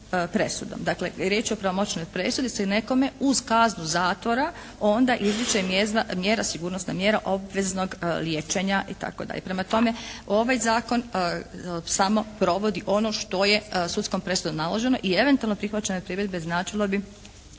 Dakle, riječ je o pravomoćnoj presudi nekome uz kaznu zatvora onda izriče sigurnosna mjera obveznog liječenja itd. Prema tome, ovaj zakon samo provodi ono što je sudskom presudom naloženo i eventualno prihvaćanje primjedbe značilo bi